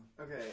Okay